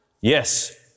Yes